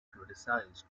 criticised